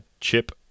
Chip